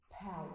power